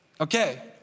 Okay